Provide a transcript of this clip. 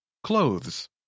Clothes